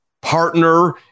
partner